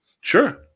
Sure